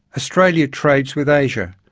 australia trades with asia.